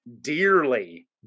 dearly